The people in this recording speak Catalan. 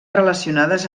relacionades